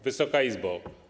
Wysoka Izbo!